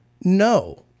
No